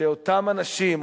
שאותם אנשים,